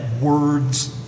words